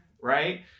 right